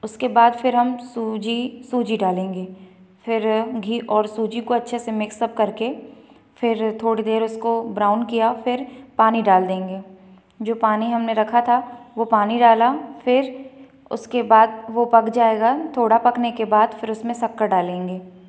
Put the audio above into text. उसके बाद फिर हम सूजी सूजी डालेंगे फिर घी और सूजी को अच्छे से मिक्स अप करके फिर थोड़ी देर उसको ब्राउन किया फिर पानी डाल देंगे जो पानी हमने रखा था वह पानी डाला फिर उसके बाद वह पक जाएगा थोड़ा पकने के बाद फिर उसमें शक्कर डालेंगे